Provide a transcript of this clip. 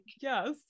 yes